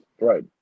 Right